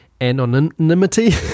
anonymity